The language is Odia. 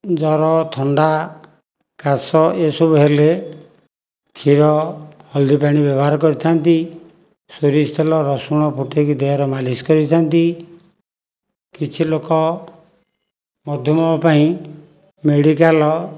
ଜର ଥଣ୍ଡା କାସ ଏସବୁ ହେଲେ କ୍ଷୀର ହଳଦୀ ପାଣି ବ୍ୟବହାର କରିଥାନ୍ତି ସୋରିଷ ତେଲ ରସୁଣ ଫୁଟେଇକି ଦେହରେ ମାଲିସ କରିଥାନ୍ତି କିଛି ଲୋକ ମଧୁମେହ ପାଇଁ ମେଡ଼ିକାଲ